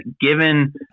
given